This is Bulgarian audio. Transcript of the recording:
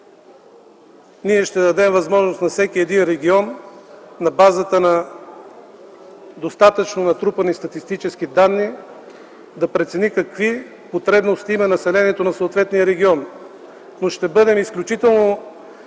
Ние ще дадем възможност на всеки един регион на базата на достатъчно натрупани статистически данни да прецени какви потребности има населението на съответния регион. Ще бъдем изключително